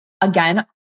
again